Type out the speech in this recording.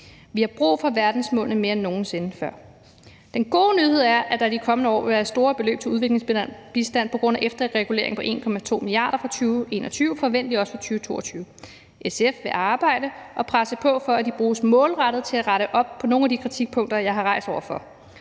Vi har brug for verdensmålene mere end nogen sinde før. Den gode nyhed er, at der i de kommende år vil være store beløb til udviklingsbistand på grund af en efterregulering på 1,2 mia. kr. fra 2021, forventeligt også fra 2022. SF vil arbejde og presse på for, at de bruges målrettet på at rette op på nogle af de kritikpunkter, jeg har nævnt, og